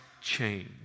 change